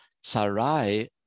Sarai